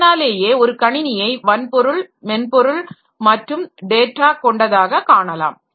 இதனாலேயே ஒரு கணினியை வன்பொருள் மென்பொருள் மற்றும் டேட்டா கொண்டதாக காணலாம்